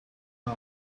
our